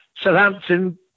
Southampton